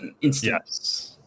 Yes